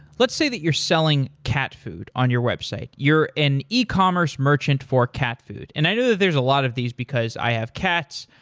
let's say that you're selling cat food on your website. you're an e-commerce merchant for cat food and i know that there's a lot of these because i have cats.